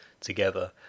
together